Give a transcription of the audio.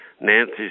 Nancy